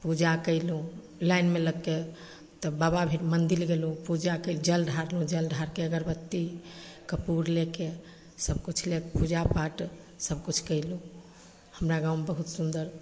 पूजा कएलहुँ लाइनमे लागिके तब बाबा भीड़ मन्दिर गेलहुँ पूजाके जल ढारलहुँ जल ढारिके अगरबत्ती कपूर लैके सबकिछु लैके पूजा पाठ सबकिछु कएलहुँ हमरा गाममे बहुत सुन्दर